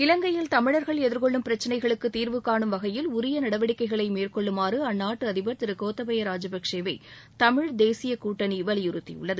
இலங்கையில் தமிழர்கள் எதிர்கொள்ளும் பிரச்சினைகளுக்கு தீர்வுகாணும் வகையில் உரிய நடவடிக்கைகளை மேற்கொள்ளுமாறு அந்நாட்டு அதிபர் திரு கோத்தபய ராஜபக்சேவை தமிழ்தேசிய கூட்டணி வலியுறுத்தியுள்ளது